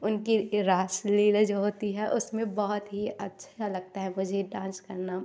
उनकी रास लीला जो होती है उसमें बहुत ही अच्छा लगता है मुझे डांस करना